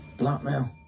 Blackmail